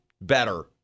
better